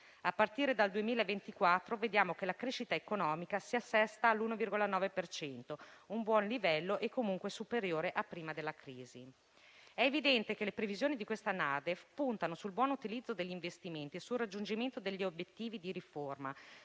A partire dal 2024 vediamo che la crescita economica si assesta all'1,9 per cento: un buon livello e comunque superiore a prima della crisi. È evidente che le previsioni di questa NADEF puntano sul buon utilizzo degli investimenti e sul raggiungimento degli obiettivi di riforma,